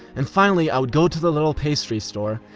and finally i would go to the little pastry store,